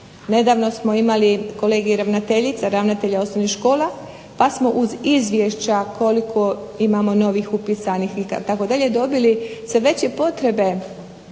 Nedavno smo imali Kolegij ravnateljica, ravnatelja osnovnih škola, pa smo uz izvješća koliko imamo novih upisanih itd. dobili sve veće potrebe,